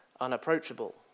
unapproachable